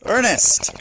Ernest